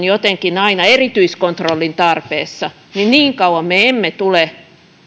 jotenkin aina erityiskontrollin tarpeessa niin niin kauan me emme tule